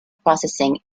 processing